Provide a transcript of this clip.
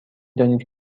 دانید